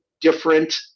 different